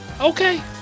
Okay